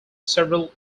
several